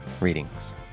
Readings